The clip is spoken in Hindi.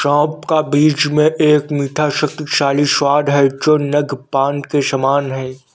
सौंफ का बीज में एक मीठा, शक्तिशाली स्वाद है जो नद्यपान के समान है